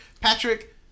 Patrick